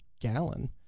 Gallon